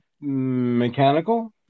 mechanical